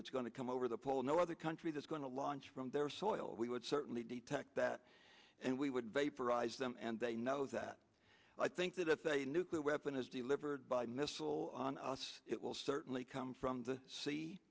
that's going to come over the pole no other country that's going to launch from their soil we would certainly detect that and we would vaporize them and they know that i think that if a nuclear weapon is delivered by missile on us it will certainly come from the sea